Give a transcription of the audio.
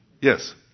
Yes